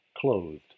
clothed